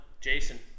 Jason